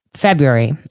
February